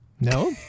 no